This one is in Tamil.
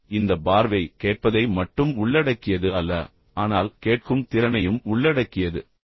ஆனால் இந்த பார்வை கேட்பதை மட்டும் உள்ளடக்கியது அல்ல ஆனால் கேட்கும் திறனையும் உள்ளடக்கியது